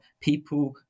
people